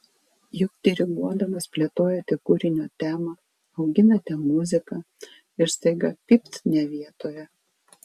juk diriguodamas plėtojate kūrinio temą auginate muziką ir staiga pypt ne vietoje